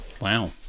Wow